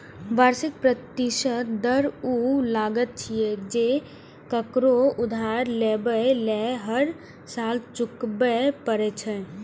वार्षिक प्रतिशत दर ऊ लागत छियै, जे ककरो उधार लेबय लेल हर साल चुकबै पड़ै छै